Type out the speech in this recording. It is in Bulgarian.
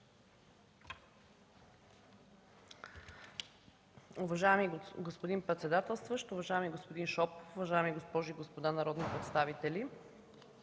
Уважаеми господин председателстващ, уважаеми господин Шопов, уважаеми госпожи и господа народни представители!